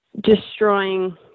destroying